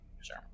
Sure